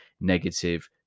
negative